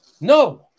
no